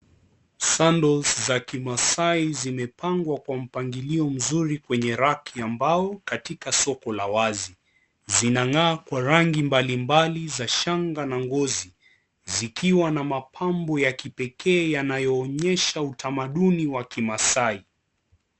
Sandals za kimaasai zimepangwa kwa mpangilio mzuri kwenye raki ambao katika soko la wazi zina ng'aa kwa rangi mbalimbali za shanga na ngozi zikiwa na mapambo ya kipekee yanayoonyesha utamaduni wa kimaasai.